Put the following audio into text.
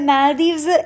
Maldives